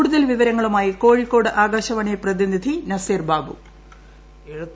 കൂടുതൽ വിവരങ്ങളുമായി കോഴിക്കോട് ആകാശവാണി പ്രതിനിധി നസീർ ബാബു